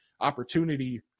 opportunity